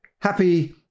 Happy